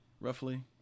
roughly